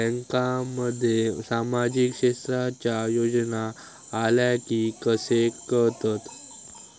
बँकांमध्ये सामाजिक क्षेत्रांच्या योजना आल्या की कसे कळतत?